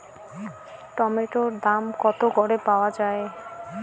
টমেটোর দাম কত করে পাওয়া যায়?